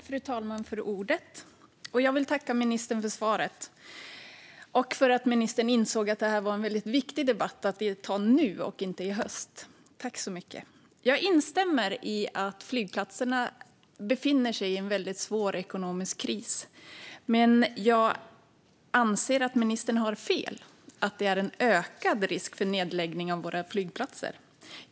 Fru talman! Jag vill tacka ministern för svaret och för att ministern insåg att det här är en väldigt viktig debatt att ta nu och inte i höst. Jag instämmer i att flygplatserna befinner sig i en väldigt svår ekonomisk kris, men jag anser att ministern har fel i att det är en ökad risk för nedläggning av våra flygplatser.